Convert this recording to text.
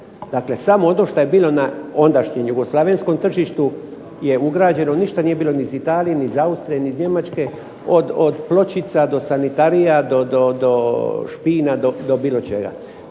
Dakle, samo ono što je bilo na ondašnjem jugoslavenskom tržištu je ugrađeno. Ništa nije bilo ni iz Italije, ni iz Austrije ni iz Njemačke. Od pločica do sanitarija, do šina, do bilo čega.